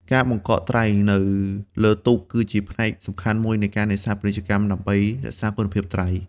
ការបង្កកត្រី នៅលើទូកគឺជាផ្នែកសំខាន់មួយនៃការនេសាទពាណិជ្ជកម្មដើម្បីរក្សាគុណភាពត្រី។